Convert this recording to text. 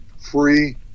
free